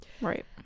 right